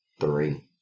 three